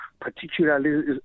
particularly